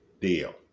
deal